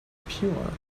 pure